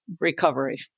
recovery